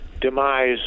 demise